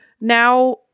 now